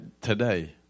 today